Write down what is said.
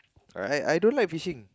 right I don't like fishing